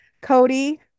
Cody